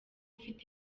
ufite